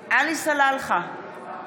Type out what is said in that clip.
סלאלחה,